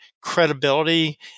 credibility